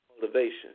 motivation